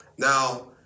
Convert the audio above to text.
Now